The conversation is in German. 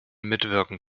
mitwirken